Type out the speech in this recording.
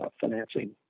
financing